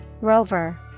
Rover